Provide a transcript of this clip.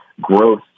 growth